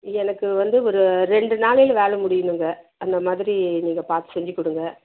எனக்கு வந்து ஒரு ரெண்டு நாளையில் வேலை முடியணுங்க அந்த மாதிரி நீங்கள் பார்த்து செஞ்சு கொடுங்க